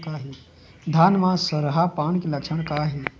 धान म सरहा पान के लक्षण का हे?